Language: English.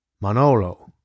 Manolo